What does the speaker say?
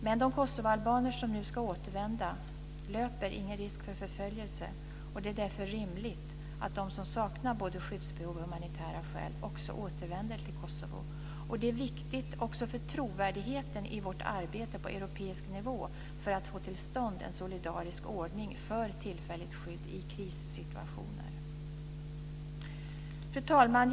Men de kosovoalbaner som nu ska återvända löper ingen risk för förföljelse. Det är därför rimligt att de som saknar både skyddsbehov och humanitära skäl också återvänder till Kosovo. Detta är viktigt också för trovärdigheten i vårt arbete på europeisk nivå för att få till stånd en solidarisk ordning för tillfälligt skydd i krissituationer. Fru talman!